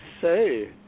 say